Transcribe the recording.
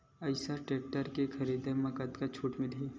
Eicher tractor के खरीदी म कतका छूट मिलही?